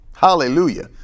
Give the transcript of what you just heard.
Hallelujah